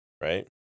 Right